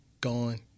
gone